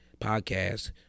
podcast